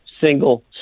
single